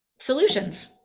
solutions